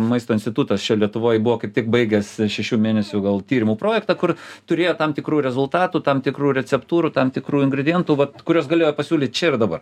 maisto institutas čia lietuvoj buvo kaip tik baigęs šešių mėnesių gal tyrimų projektą kur turėjo tam tikrų rezultatų tam tikrųjų receptūrų tam tikrų ingredientų va kuriuos galėjo pasiūlyt čia ir dabar